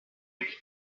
married